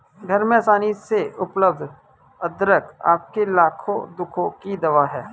घर में आसानी से उपलब्ध अदरक आपके लाखों दुखों की दवा है